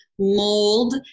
Mold